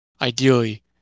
ideally